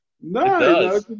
No